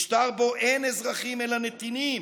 משטר שבו אין אזרחים אלא נתינים,